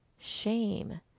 shame